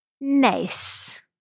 Nice